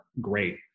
great